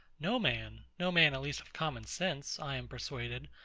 no man, no man at least of common sense, i am persuaded,